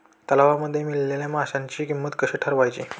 तलावांमध्ये पाळलेल्या माशांची किंमत कशी ठरवायची?